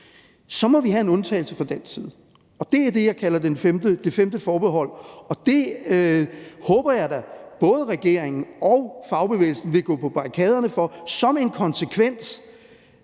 så må vi have en undtagelse fra dansk side. Det er det, jeg kalder det femte forbehold, og det håber jeg da at både regeringen og fagbevægelsen vil gå på barrikaderne for, altså som en konsekvens,